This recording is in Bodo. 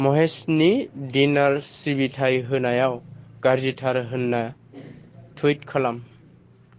महेसनि दिनार सिबिथाइ होनायाव गाज्रिथार होन्ना टुइट खालाम